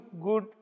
good